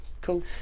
cool